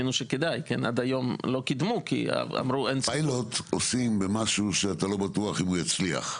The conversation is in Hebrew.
הבינו שכדאי --- פיילוט עושים למשהו שאתה לא בטוח שהוא יצליח.